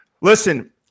listen